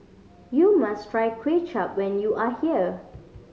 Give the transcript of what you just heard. you must try Kway Chap when you are here